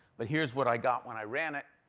but here's what i got when i ran it.